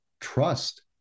trust